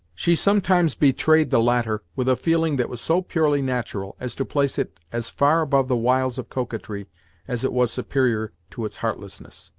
she sometimes betrayed the latter with a feeling that was so purely natural as to place it as far above the wiles of coquetry as it was superior to its heartlessness.